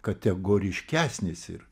kategoriškesnis ir